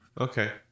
Okay